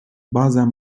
bazen